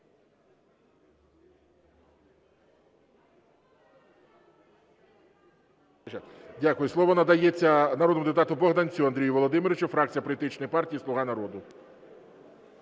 Дякую. Слово надається народному депутату Богданцю Андрію Володимировичу, фракція політичної партії "Слуга народу".